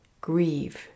grieve